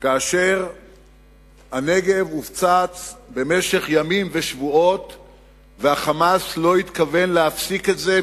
כאשר הנגב הופצץ במשך ימים ושבועות וה"חמאס" לא התכוון להפסיק את זה,